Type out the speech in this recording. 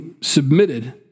submitted